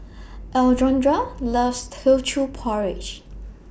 Alondra loves Teochew Porridge